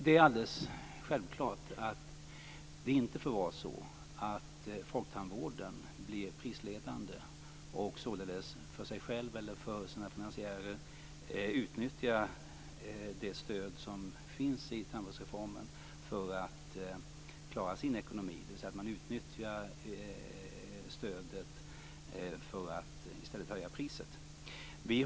Det är självklart så att folktandvården inte får bli prisledande och, för sig själv eller för sina finansiärer, utnyttja det stöd som finns i tandvårdsreformen för att klara sin ekonomi, dvs. att man utnyttjar stödet i stället för att höja priset.